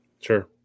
Sure